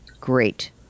Great